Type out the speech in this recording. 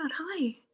hi